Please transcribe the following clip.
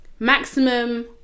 Maximum